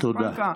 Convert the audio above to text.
תודה.